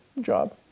job